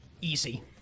Easy